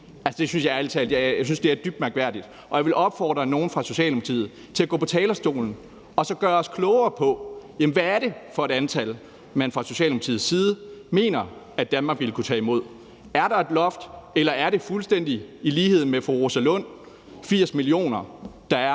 jeg ærlig talt er dybt mærkværdigt, og jeg vil opfordre nogen fra Socialdemokratiet til at gå på talerstolen og så gøre os klogere på, hvad det er for et antal, man fra Socialdemokratiets side mener at Danmark ville kunne tage imod. Er der et loft? Eller er antallet fuldstændig i lighed med, hvad fru Rosa Lund mener, 80 millioner? Tak for